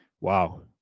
Wow